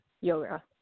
yoga